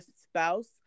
spouse